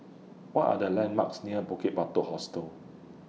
What Are The landmarks near Bukit Batok Hostel